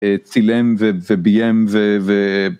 צילם וביים ו...